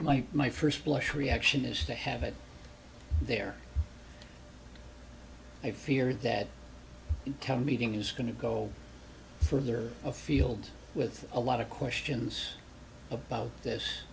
my my first blush reaction is to have it there i fear that intel meeting is going to go further afield with a lot of questions about this